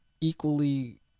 equally